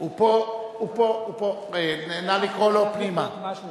לעקרת-בית ולאלמנה בת-קצבה שנולדו לפני שנת 1931). ישיב כבוד השר כחלון,